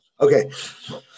Okay